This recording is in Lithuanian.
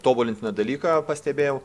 tobulintiną dalyką pastebėjau